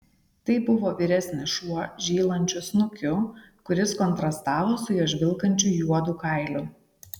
tai buvo vyresnis šuo žylančiu snukiu kuris kontrastavo su jo žvilgančiu juodu kailiu